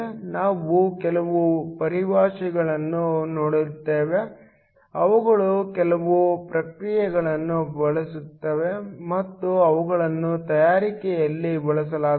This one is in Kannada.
ನಾವು ಕೆಲವು ಪರಿಭಾಷೆಗಳನ್ನು ನೋಡುತ್ತೇವೆ ಅವುಗಳು ಕೆಲವು ಪ್ರಕ್ರಿಯೆಗಳನ್ನು ಬಳಸುತ್ತವೆ ಮತ್ತು ಅವುಗಳನ್ನು ತಯಾರಿಕೆಯಲ್ಲಿ ಬಳಸಲಾಗುತ್ತದೆ